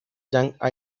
jack